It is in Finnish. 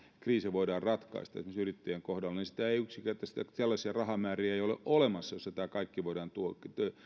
kriisiä voidaan ratkaista esimerkiksi yrittäjien kohdalla niin yksinkertaisesti sellaisia rahamääriä ei ole olemassa joilla tämä